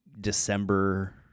December